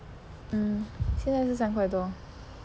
mm 现在是三块多